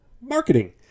marketing